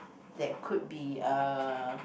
that could be uh